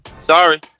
Sorry